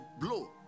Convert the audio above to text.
blow